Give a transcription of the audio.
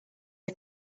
are